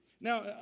Now